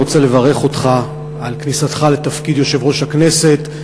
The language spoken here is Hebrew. אני רוצה לברך אותך על כניסתך לתפקיד יושב-ראש הכנסת.